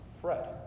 fret